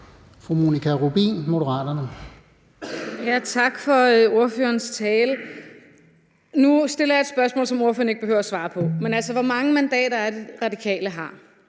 Monika Rubin (M): Tak for ordførerens tale. Nu stiller jeg et spørgsmål, som ordføreren ikke behøver svare på: Hvor mange mandater er det, Radikale har?